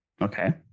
Okay